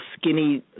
skinny